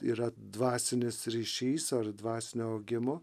yra dvasinis ryšys ar dvasinio augimo